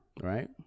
right